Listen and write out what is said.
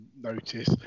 notice